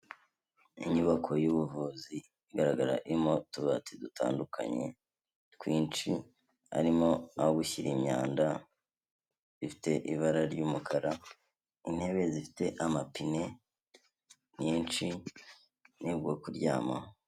Inyubako y'ubuvuzi igaragara irimo utubati dutandukanye twinshi, harimo aho gushyira imyanda, ifite ibara ry'umukara, intebe zifite amapine nyinshi n'ubwo kuryamaho.